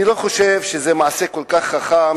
אני לא חושב שזה מעשה כל כך חכם,